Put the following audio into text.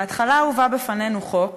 בהתחלה הובא בפנינו חוק